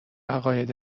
عقاید